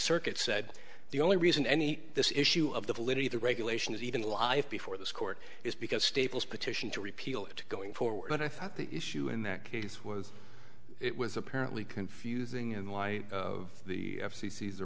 circuit said the only reason any this issue of the validity of the regulation is even life before this court is because staples petition to repeal it going forward but i thought the issue in that case was it was apparently confusing and why the f c c the